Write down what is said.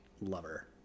lover